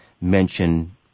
mention